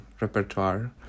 repertoire